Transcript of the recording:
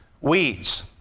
weeds